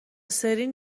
سرین